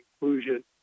inclusion